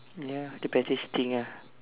ya the pettiest thing ah